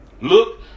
Look